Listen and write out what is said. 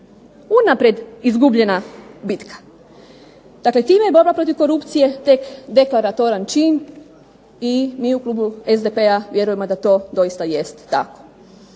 unaprijed izgubljena bitka. Dakle time borba protiv korupcije tek deklaratoran čin i mi u klubu SDP-a vjerujemo da to doista jest tako.